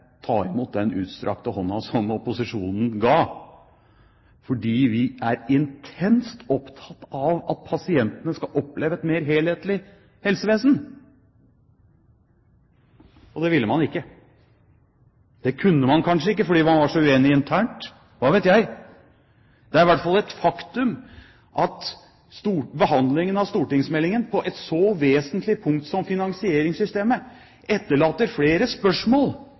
ta imot den utstrakte hånden som opposisjonen ga, fordi vi er intenst opptatt av at pasientene skal oppleve et mer helhetlig helsevesen. Og det ville man ikke! Det kunne man kanskje ikke, fordi man var så uenige internt – hva vet jeg? Det er i hvert fall et faktum at behandlingen av stortingsmeldingen på et så vesentlig punkt som finansieringssystemet etterlater flere spørsmål